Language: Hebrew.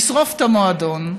לשרוף את המועדון.